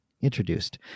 introduced